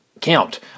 count